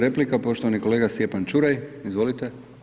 replika poštovani kolega Stjepan Čuraj, izvolite.